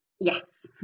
Yes